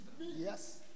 Yes